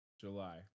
july